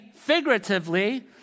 figuratively